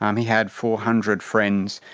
um he had four hundred friends.